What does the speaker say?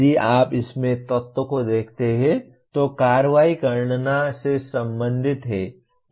यदि आप इसमें तत्वों को देखते हैं तो कार्रवाई गणना से संबंधित है